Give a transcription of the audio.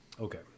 Okay